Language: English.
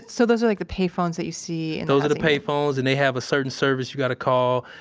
so those are like the payphones that you see, and those are the payphones, and they have a certain service you've got to call,